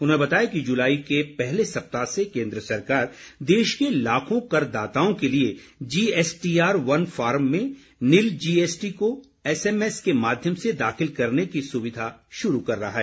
उन्होंने बताया कि जुलाई के पहले सप्ताह से केन्द्र सरकार देश के लाखों करदाताओं के लिए जीएसटीआर वन फॉर्म में निल जीएसटी को एसएमएस के माध्यम से दाखिल करने की सुविधा शुरू कर रही है